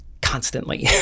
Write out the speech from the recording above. Constantly